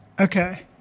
Okay